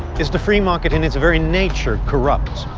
is the free market, in its very nature, corrupt?